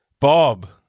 Bob